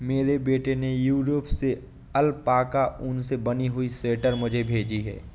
मेरे बेटे ने यूरोप से अल्पाका ऊन से बनी हुई स्वेटर मुझे भेजी है